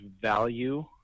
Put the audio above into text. value